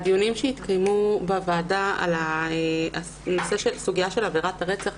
בדיונים שהתקיימו בוועדה בסוגיה של עבירת הרצח,